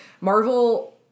Marvel